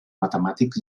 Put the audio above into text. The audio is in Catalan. matemàtics